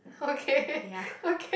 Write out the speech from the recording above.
okay okay